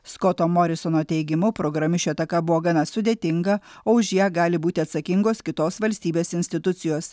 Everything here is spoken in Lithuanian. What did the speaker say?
skoto morisono teigimu programišių ataka buvo gana sudėtinga o už ją gali būti atsakingos kitos valstybės institucijos